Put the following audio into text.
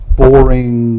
boring